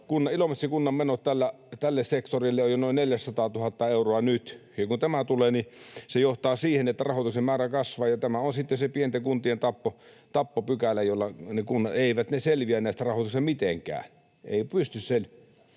Ilomantsin kunnan menot tälle sektorille ovat jo nyt noin 400 000 euroa ja kun tämä tulee, niin se johtaa siihen, että rahoituksen määrä kasvaa ja tämä on sitten se pienten kuntien tappopykälä. Eivät ne selviä näistä rahoituksista mitenkään, eivät pysty...